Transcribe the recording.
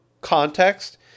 context